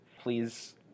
Please